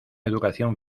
educación